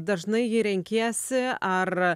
dažnai jį renkiesi ar